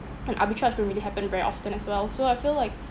and arbitrage don't really happen very often as well so I feel like